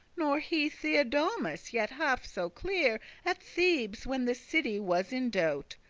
nor he, theodomas, yet half so clear at thebes, when the city was in doubt.